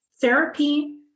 therapy